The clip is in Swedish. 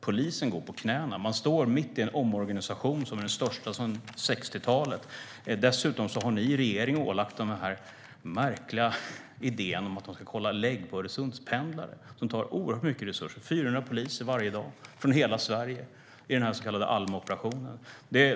Polisen går på knäna. Man står mitt i en omorganisation som är den största sedan 60-talet. Dessutom har ni i regeringen ålagt dem den märkliga idén att kolla legitimationer på Öresundspendlare, vilket tar oerhört mycket resurser - 400 poliser varje dag från hela Sverige i den så kallade Almaoperationen.